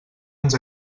ens